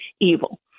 evil